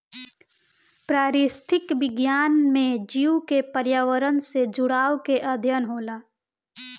पारिस्थितिक विज्ञान में जीव के पर्यावरण से जुड़ाव के अध्ययन होला